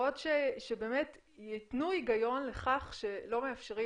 לתשובות שבאמת ייתנו הגיון לכך שלא מאפשרים